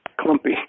Clumpy